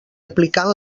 aplicant